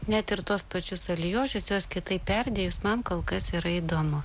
net ir tuos pačius alijošius juos kitaip perdėjus man kol kas yra įdomu